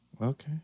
okay